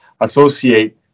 associate